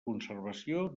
conservació